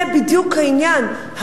זה בדיוק העניין.